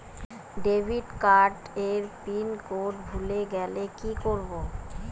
Debit card এর pin code ভুলে গেলে কি করব?